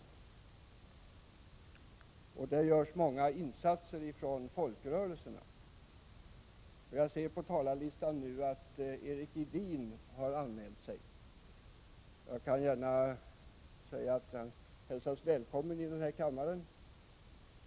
På det området görs många insatser från folkrörelsernas sida. Jag ser på talarlistan att Erik Edin har anmält sig som nästa talare. Jag vill gärna hälsa honom välkommen.